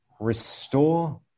restore